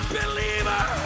believer